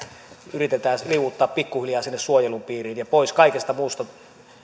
yritetään liuuttaa pikkuhiljaa sinne suojelun piiriin ja pois kaikesta muusta